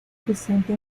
presente